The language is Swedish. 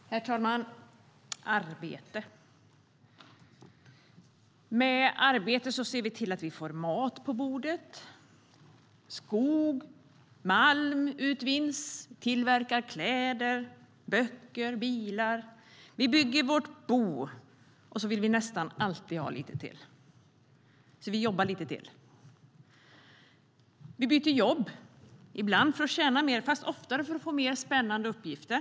Herr talman! Med arbete ser vi till att vi får mat på bordet, att skog och malm utvinns, och vi tillverkar kläder, böcker och bilar. Vi bygger vårt bo, och vi vill nästan alltid ha lite till. Så vi jobbar lite till. Vi byter jobb, ibland för att tjäna mer - fast oftare för att få mer spännande uppgifter.